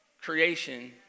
creation